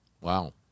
Wow